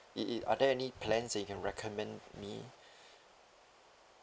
i~ i~ are there any plans that you can recommend me